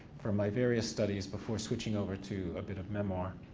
from my various studies before switching over to a bit of memoir.